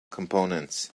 components